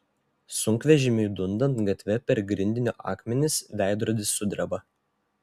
sunkvežimiui dundant gatve per grindinio akmenis veidrodis sudreba